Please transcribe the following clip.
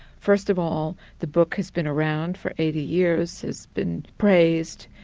first of all, the book has been around for eighty years, has been praised,